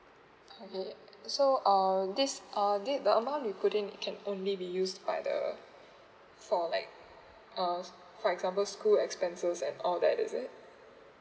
okay so uh this uh thi~ the amount we couldn't it can only be used by the for like uh for example school expenses and all that is it